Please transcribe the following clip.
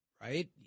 Right